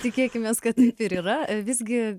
tikėkimės kad ir yra visgi